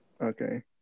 Okay